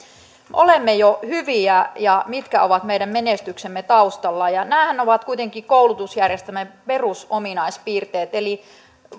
olemme jo hyviä ja mitkä ovat meidän menestyksemme taustalla nämähän ovat kuitenkin koulutusjärjestelmän perusominaispiirteet eli